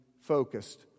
focused